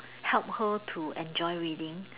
help her to enjoy reading